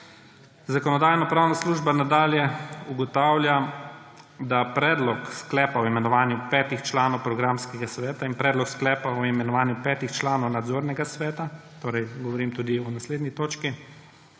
Zakonodajno-pravna služba nadalje ugotavlja, da »predlog sklepa o imenovanju petih članov programskega sveta in predlog sklepa o imenovanju petih članov nadzornega sveta,« torej govorim tudi o naslednji točki,